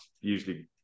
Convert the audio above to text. usually